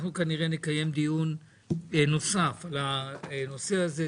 אנחנו כנראה נקיים דיון נוסף על הנושא הזה,